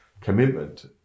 commitment